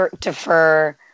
defer